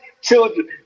children